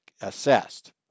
assessed